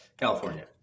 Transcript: California